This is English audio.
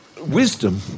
wisdom